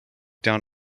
down